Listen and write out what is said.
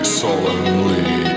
solemnly